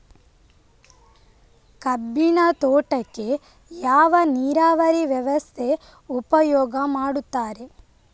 ಕಬ್ಬಿನ ತೋಟಕ್ಕೆ ಯಾವ ನೀರಾವರಿ ವ್ಯವಸ್ಥೆ ಉಪಯೋಗ ಮಾಡುತ್ತಾರೆ?